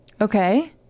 Okay